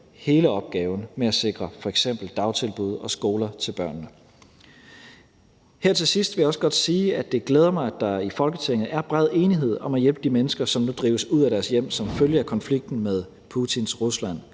hele opgaven med at sikre f.eks. dagtilbud og skoler til børnene. Her til sidst vil jeg også godt sige, at det glæder mig, at der i Folketinget er bred enighed om at hjælpe de mennesker, som nu drives ud af deres hjem som følge af konflikten med Putins Rusland.